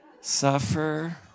suffer